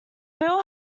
bill